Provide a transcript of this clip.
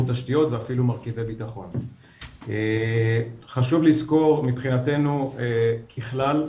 תשתיות ואפילו מרכיבי ביטחון - חשוב לזכור מבחינתנו ככלל,